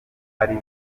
ari